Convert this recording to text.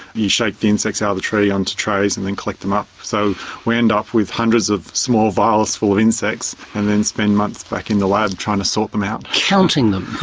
you shake the insects out of the tree onto trays and then collect them up. so we end up with hundreds of small vials full of insects and then spend months back in the lab trying to sort them out. counting them.